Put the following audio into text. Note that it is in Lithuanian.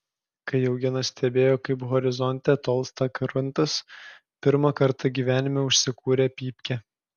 kai eugenas stebėjo kaip horizonte tolsta krantas pirmą kartą gyvenime užsikūrė pypkę